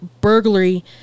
burglary